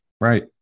Right